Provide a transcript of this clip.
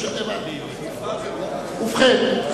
ובכן,